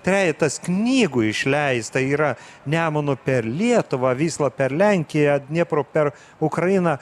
trejetas knygų išleista yra nemunu per lietuvą vyslą per lenkiją dniepru per ukrainą